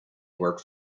work